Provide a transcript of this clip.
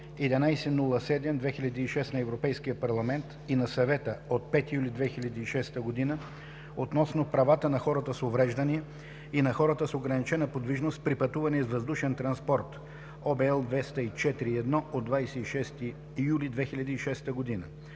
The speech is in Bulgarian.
1107/2006 на Европейския парламент и на Съвета от 5 юли 2006 г. относно правата на хората с увреждания и на хората с ограничена подвижност при пътувания с въздушен транспорт (OB, L 204/1 от 26 юли 2006 г.);